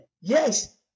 Yes